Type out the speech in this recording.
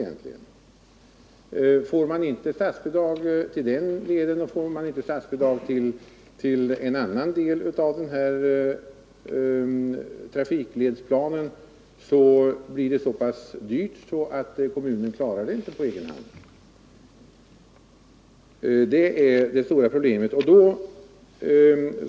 Om man inte får statsbidrag till en del av trafikledsplanen, får man det inte heller till en annan del, och då blir det så pass dyrt att kommunen inte klarar det på egen hand. Det är det stora problemet.